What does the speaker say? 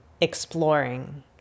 exploring